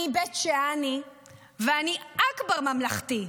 אני בית-שאני ואני אכבר ממלכתי,